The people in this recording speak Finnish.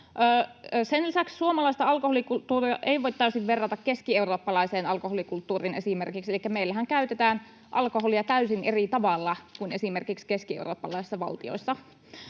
Sen lisäksi suomalaista alkoholikulttuuria ei voi täysin verrata esimerkiksi keskieurooppalaiseen alkoholikulttuuriin, elikkä meillähän käytetään alkoholia täysin eri tavalla kuin esimerkiksi keskieurooppalaisissa valtioissa.